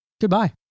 goodbye